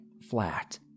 flat